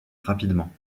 rapidement